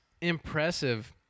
impressive